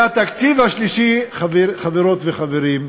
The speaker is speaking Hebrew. והתקציב השלישי, חברות וחברים,